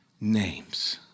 names